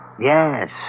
Yes